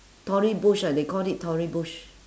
tory burch ah they called it tory burch